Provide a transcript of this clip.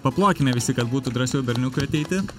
paplokime visi kad būtų drąsiau berniukui ateiti